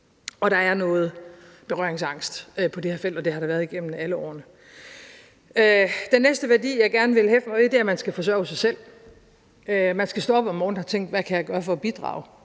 Der er noget berøringsangst på det her felt, og det har der været igennem alle årene. Kl. 10:09 Den næste værdi, jeg gerne vil hæfte mig ved, er, at man skal forsørge sig selv. Man skal stå op om morgenen og tænke: Hvad kan jeg gøre for at bidrage